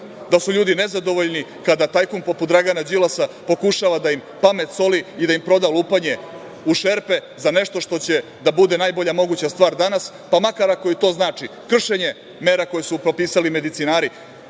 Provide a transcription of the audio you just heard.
da su ljudi nezadovoljni kada tajkun poput Dragana Đilasa pokušava da im pamet soli i da im proda lupanje u šerpe za nešto što će da bude najbolja moguća stvar danas, pa makar ako i to znači kršenje mera koje su propisali medicinari,